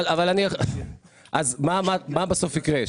אז מה בסוף יקרה?